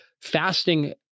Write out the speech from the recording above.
fasting